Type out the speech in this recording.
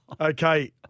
Okay